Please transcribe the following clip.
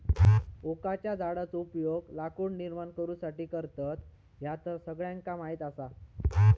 ओकाच्या झाडाचो उपयोग लाकूड निर्माण करुसाठी करतत, ह्या तर सगळ्यांका माहीत आसा